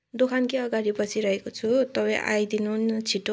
दोकानकै अगाडि बसिरहेको छु तपाईँ आइदिनु न छिटो